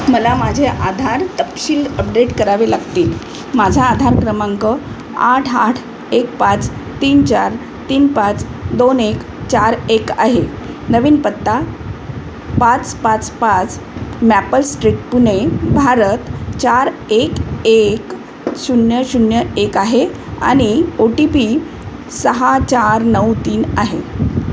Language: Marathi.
मला माझे आधार तपशील अपडेट करावे लागतील माझा आधार क्रमांक आठ आठ एक पाच तीन चार तीन पाच दोन एक चार एक आहे नवीन पत्ता पाच पाच पाच मॅपल स्ट्रीट पुणे भारत चार एक एक शून्य शून्य एक आहे आणि ओ टी पी सहा चार नऊ तीन आहे